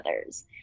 others